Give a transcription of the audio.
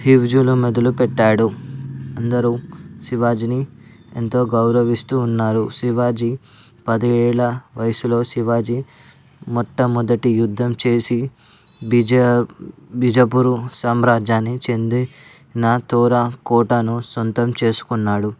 మొదలు పెట్టాడు అందరూ శివాజీని ఎంతో గౌరవిస్తూ ఉన్నారు శివాజీ పది ఏళ్ళ వయసులో శివాజీ మొట్టమొదటి యుద్ధం చేసి బీజా బీజాపూరు సామ్రాజ్యాన్ని చెంది తోర్న కోటను సొంతం చేసుకున్నాడు